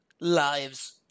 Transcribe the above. lives